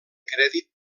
crèdit